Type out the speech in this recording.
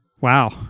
Wow